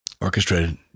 orchestrated